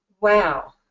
wow